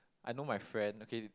I know my friend okay